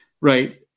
Right